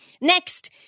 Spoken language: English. Next